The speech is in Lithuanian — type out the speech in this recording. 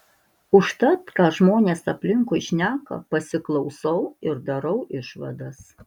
užtat ką žmonės aplinkui šneka pasiklausau ir darau išvadas